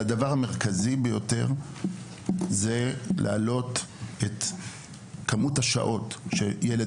אבל הדבר המרכזי ביותר זה להעלות את כמות השעות שילד